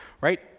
right